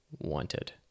wanted